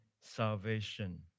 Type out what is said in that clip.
salvation